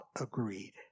agreed